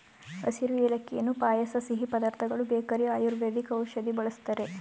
ಹಸಿರು ಏಲಕ್ಕಿಯನ್ನು ಪಾಯಸ ಸಿಹಿ ಪದಾರ್ಥಗಳು ಬೇಕರಿ ಆಯುರ್ವೇದಿಕ್ ಔಷಧಿ ಬಳ್ಸತ್ತರೆ